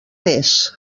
més